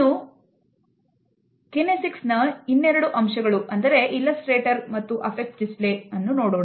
ಇನ್ನು ಕೆನ್ನೆಸ್ಎಕ್ಸ್ ನ ಇನ್ನೆರಡು ಅಂಶಗಳು ಅಂದರೆ ಇಲ್ಲಸ್ಟ್ರೇಟರ್ಗಳು ಮತ್ತು affect display ಗಳನ್ನು ನೋಡೋಣ